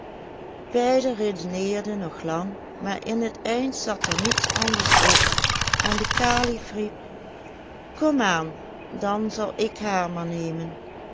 beiden redeneerden nog lang maar in t eind zat er niets anders op en de kalif riep kom aan dan zal ik haar maar nemen